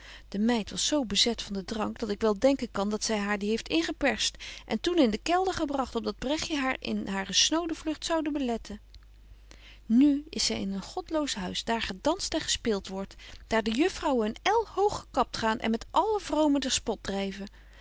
de meid was zo bezet van den drank betje wolff en aagje deken historie van mejuffrouw sara burgerhart dat ik wel denken kan dat zy haar die heeft ingeperst en toen in de kelder gebragt op dat bregtje haar niet in hare snode vlugt zoude beletten nu is zy in een godloos huis daar gedanst en gespeelt wordt daar de juffrouwen een el hoog gekapt gaan en met alle vromen der spot dryven